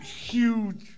huge